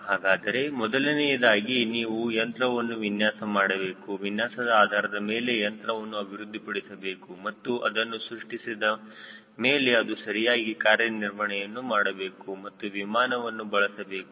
ಹಾಗಾದರೆ ಮೊದಲನೆಯದಾಗಿ ನೀವು ಯಂತ್ರವನ್ನು ವಿನ್ಯಾಸ ಮಾಡಬೇಕು ವಿನ್ಯಾಸದ ಆಧಾರದ ಮೇಲೆ ಯಂತ್ರವನ್ನು ಅಭಿವೃದ್ಧಿಪಡಿಸಬೇಕು ಮತ್ತು ಅದನ್ನು ಸೃಷ್ಟಿಸಿದ ಮೇಲೆ ಅದು ಸರಿಯಾಗಿ ಕಾರ್ಯನಿರ್ವಹಣೆಯನ್ನು ಮಾಡಬೇಕು ಮತ್ತು ವಿಮಾನವನ್ನು ಬಳಸಬೇಕು